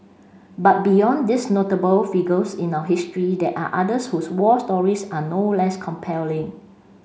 but beyond these notable figures in our history there are others whose war stories are no less compelling